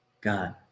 God